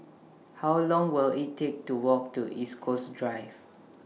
How Long Will IT Take to Walk to East Coast Drive